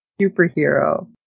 superhero